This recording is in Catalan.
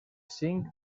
cinc